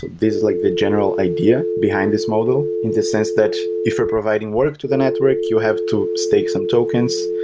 this is like the general idea behind this model, in the sense that if you're providing work to the network, you have to stake some tokens,